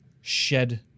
shed